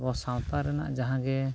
ᱟᱵᱚ ᱥᱟᱶᱛᱟ ᱨᱮᱱᱟᱜ ᱡᱟᱦᱟᱸᱜᱮ